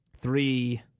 three